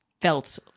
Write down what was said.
felt